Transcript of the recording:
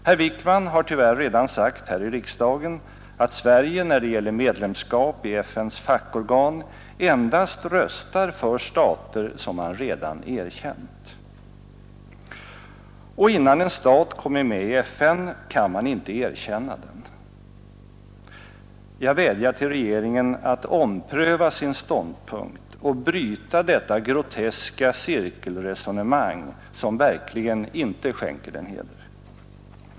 Herr Wickman har tyvärr redan sagt här i riksdagen att Sverige när det gäller medlemskap i FN:s fackorgan endast röstar för stater som man redan erkänt. Och innan en stat kommit med i FN kan man inte erkänna den. Jag vädjar till regeringen att ompröva sin ståndpunkt och bryta detta groteska cirkelresonemang, som verkligen inte skänker den heder.